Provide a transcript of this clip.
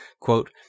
Quote